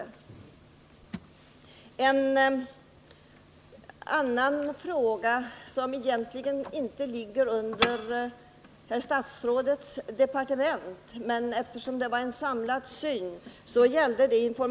I det här sammanhanget vill jag också ta upp en annan fråga. Den ligger egentligen inte under herr statsrådets departement, men eftersom jag frågat vilken samlad syn regeringen har på de aktuella åtgärderna tycker jag att den hör hemma i debatten.